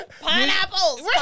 Pineapples